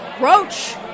Roach